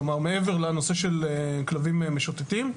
כלומר מעבר לנושא של כלבים משוטטים.